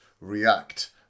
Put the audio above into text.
react